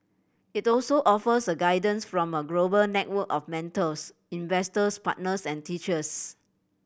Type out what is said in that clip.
it also offers guidance from a global network of mentors investors partners and teachers